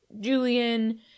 Julian